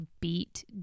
beat